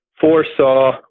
foresaw